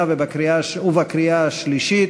בקריאה שנייה ובקריאה שלישית,